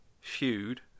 Feud